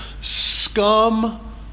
scum